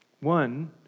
One